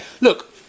look